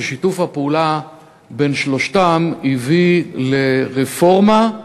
ששיתוף הפעולה בין שלושתם הביא לרפורמה,